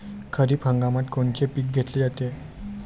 खरिप हंगामात कोनचे पिकं घेतले जाते?